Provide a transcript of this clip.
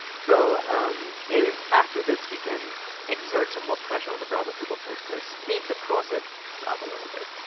so maybe after this, we can exert some more pressure on the browser people to to speed the process so up a little bit.